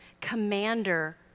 commander